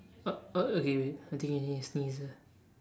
oh oh okay wait I think you need to sneeze